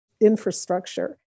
infrastructure